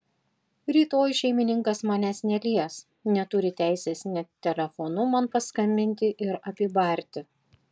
rytoj šeimininkas manęs nelies neturi teisės net telefonu man paskambinti ir apibarti